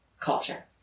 culture